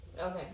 Okay